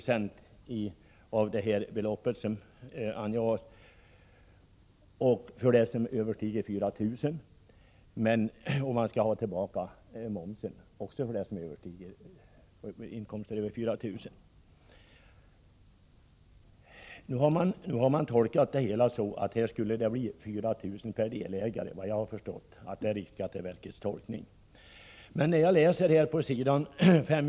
Man får 50 96 av den del av förlusten, som överstiger 4 000 kr. Man skall också få tillbaka momsen på det belopp som överstiger 4 000 kr. enligt min tolkning. Jag har förstått att riksskatteverket har tolkat det på så sätt att det skall bli 4 000 kr. per deltagare i självrisk i här angivna avseenden.